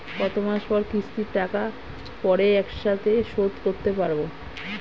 কত মাস পর কিস্তির টাকা পড়ে একসাথে শোধ করতে পারবো?